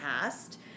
past